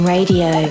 Radio